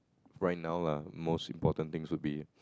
right now lah most important things would be